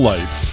Life